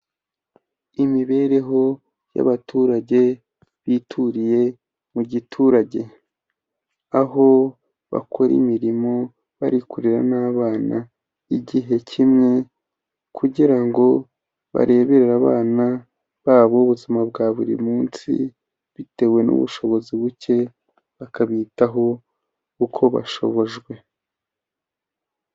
Imibereho y'abaturage bituriye mu giturage, aho bakora imirimo bari kurera n'abana igihe kimwe kugira ngo bareberere abana babo ubuzima bwa buri munsi, bitewe n'ubushobozi buke bakabitaho uko bashobojwe,